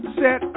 set